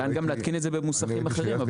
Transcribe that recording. ניתן להתקין את זה במוסכים אחרים.